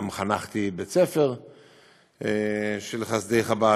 וגם חנכתי בית-ספר של חסידי חב"ד,